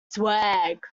swag